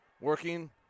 Working